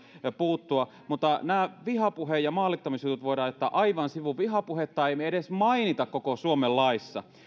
puuttua mutta nämä vihapuhe ja maalittamisjutut voidaan jättää aivan sivuun vihapuhetta ei edes mainita koko suomen laissa